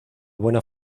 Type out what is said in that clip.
buena